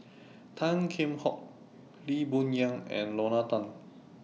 Tan Kheam Hock Lee Boon Yang and Lorna Tan